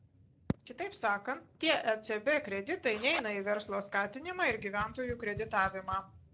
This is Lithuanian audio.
kitaip sakant tie ecb kreditai neina į verslo skatinimą ir gyventojų kreditavimą